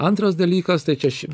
antras dalykas tai čia ši